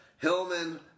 Hillman